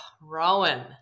Rowan